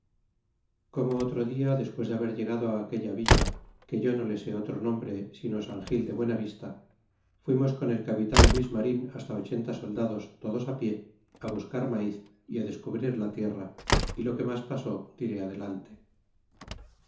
como otro dia desunes de haber llegado aquella villa que yo no le sé otro nombre sino san gil de buena vivta fuimos con el capitan luis mario hasta ochenta soldados todos pie buscar maiz y descubrir la tierra y lo que mas pasó diré adelante